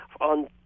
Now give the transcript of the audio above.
on